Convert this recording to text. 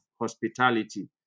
hospitality